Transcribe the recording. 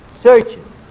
Searching